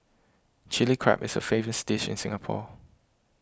Chilli Crab is a famous dish in Singapore